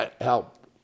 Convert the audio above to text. Help